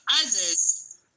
others